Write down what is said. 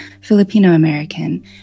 Filipino-American